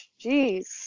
Jeez